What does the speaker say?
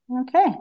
Okay